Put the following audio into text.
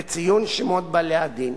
בציון שמות בעלי הדין.